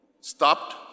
stopped